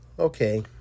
Okay